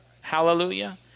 Hallelujah